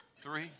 three